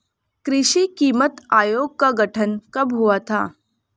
कृषि कीमत आयोग का गठन कब हुआ था?